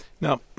Now